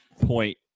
point